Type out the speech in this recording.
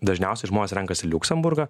dažniausiai žmonės renkasi liuksemburgą